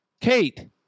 Kate